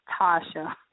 Tasha